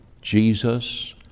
Jesus